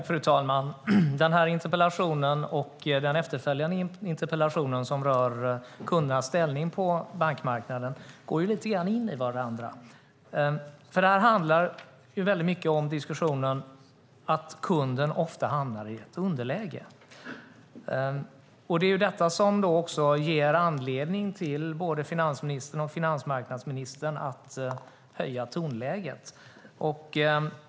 Fru talman! Den här interpellationen och den efterföljande interpellationen, som rör kundernas ställning på bankmarknaden, går lite grann in i varandra. Det handlar i stor utsträckning om diskussionen att kunden ofta hamnar i ett underläge. Det är detta som ger anledning till både finansministern och finansmarknadsministern att höja tonläget.